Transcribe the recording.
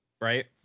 right